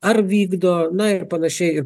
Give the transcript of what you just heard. ar vykdo na ir panašiai ir